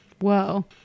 Whoa